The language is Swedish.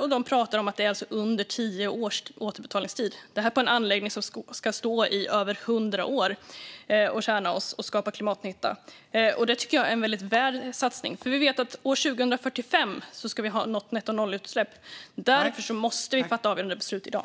och de pratar om att det är under tio års återbetalningstid. Och det gäller en anläggning som ska tjäna oss och skapa klimatnytta i över hundra år. Det tycker jag är en väldigt bra satsning. Vi vet att vi ska ha nått nettonollutsläpp år 2045. Därför måste vi fatta avgörande beslut i dag.